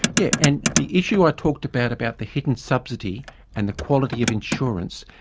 yeah and the issue i talked about, about the hidden subsidy and the quality of insurance,